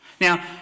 Now